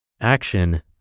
action